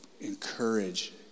encourage